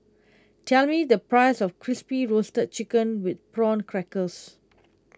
tell me the price of Crispy Roasted Chicken with Prawn Crackers